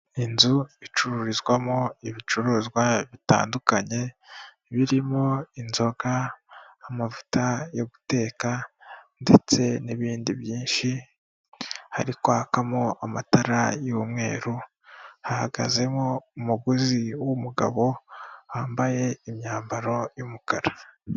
Inzu icururizwamo ibicuruzwa bitandukanye, birimo inzoga, amavuta yo guteka ndetse n'ibindi byinshi, hari kwakamo amatara y'umweru, hahagazemo umuguzi w'umugabo wambaye imyambaro y'umukara.